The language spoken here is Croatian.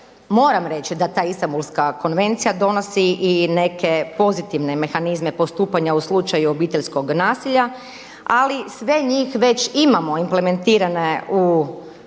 moram reći da ta Istambulska konvencija donosi i neke pozitivne mehanizme postupanja u slučaju obiteljskog nasilja, ali sve njih već imamo implementirane u